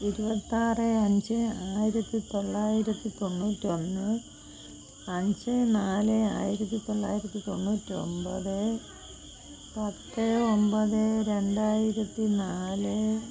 ഇരുപത്താറ് അഞ്ച് ആയിരത്തിത്തൊള്ളായിരത്തി തൊണ്ണൂറ്റൊന്ന് അഞ്ച് നാല് ആയിരത്തിത്തൊള്ളായിരത്തി തൊണ്ണൂറ്റൊമ്പത് പത്ത് ഒമ്പത് രണ്ടായിരത്തിനാല്